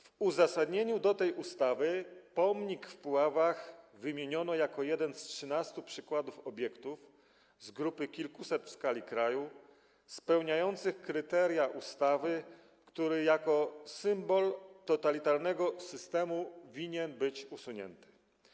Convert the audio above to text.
W uzasadnieniu tej ustawy pomnik w Puławach wymieniono jako jeden z 13 przykładów obiektów, z grupy kilkuset w skali kraju, spełniających kryteria ustawy, który jako symbol totalitarnego systemu winien być usunięty.